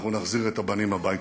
אנחנו נחזיר את הבנים הביתה.